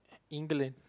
England